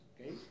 okay